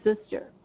sister